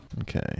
Okay